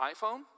iPhone